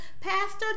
Pastor